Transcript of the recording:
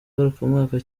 ngarukamwaka